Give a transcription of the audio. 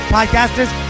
podcasters